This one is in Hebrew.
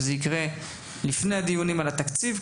וזה יקרה לפני הדיונים על התקציב,